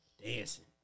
Dancing